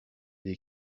des